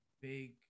big